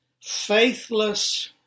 faithless